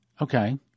Okay